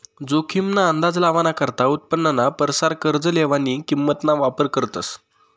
जोखीम ना अंदाज लावाना करता उत्पन्नाना परसार कर्ज लेवानी किंमत ना वापर करतस